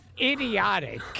idiotic